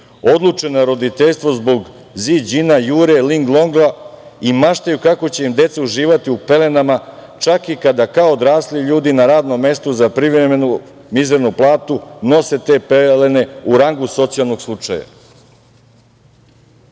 odluče na roditeljstvo zbog „Zi Đina“, „Jure“, „Ling Longa“ i maštaju kako će im deca uživati u pelenama čak i kada kao odrasli ljudi na radnom mestu za privremenu mizernu platu nose te pelene u rangu socijalnog slučaja.